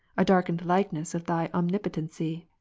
a darkened likeness of thy omnipotency